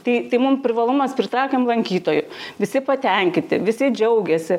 tai tai mum privalumas pritraukiam lankytojų visi patenkinti visi džiaugiasi